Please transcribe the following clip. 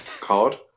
card